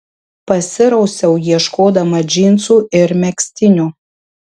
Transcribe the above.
pasirausiau ieškodama džinsų ir megztinio